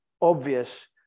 obvious